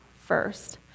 first